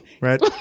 right